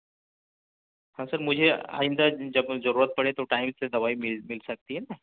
ہاں سر مجھے آئندہ جب ضرورت پڑے تو ٹائم سے دوائی مل مل سکتی ہے نا